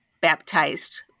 baptized